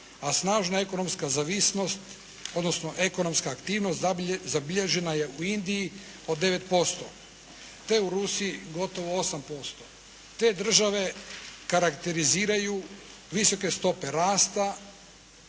odnosno ekonomska aktivnost zabilježena je u Indiji od 9%, te u Rusiji gotovo 8%. Te države karakteriziraju visoke stope rasta